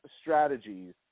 strategies